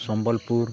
Sambalpur